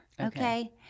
Okay